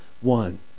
one